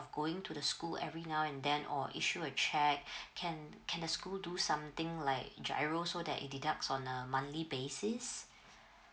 going to the school every month and then or issue a cheque can can the school do something like giro so that it deduct on a monthly basis